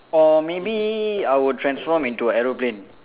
or maybe I will transform into a aeroplane